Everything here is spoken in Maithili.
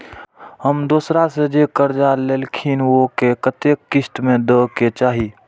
हम दोसरा से जे कर्जा लेलखिन वे के कतेक किस्त में दे के चाही?